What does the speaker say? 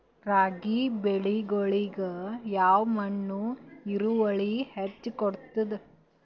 ರಾಗಿ ಬೆಳಿಗೊಳಿಗಿ ಯಾವ ಮಣ್ಣು ಇಳುವರಿ ಹೆಚ್ ಕೊಡ್ತದ?